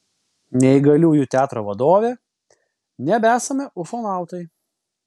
neįgaliųjų teatro vadovė nebesame ufonautai